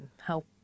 help